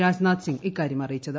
രാജ്നാഥ് സിങ് ഇക്കാര്യം അറിയിച്ചത്